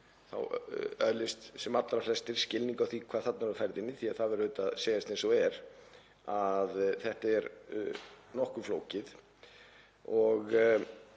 þá öðlist sem allra flestir skilning á því hvað þarna er á ferðinni því það verður auðvitað að segjast eins og er að þetta er nokkuð flókið. Ég